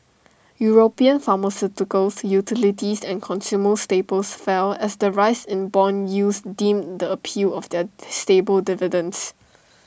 european pharmaceuticals utilities and consumer staples fell as the rise in Bond yields dimmed the appeal of their stable dividends